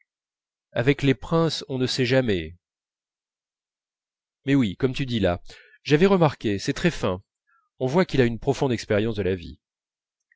avec les princes on ne sait jamais mais oui comme tu dis là j'avais remarqué c'est très fin on voit qu'il a une profonde expérience de la vie